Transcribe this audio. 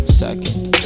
second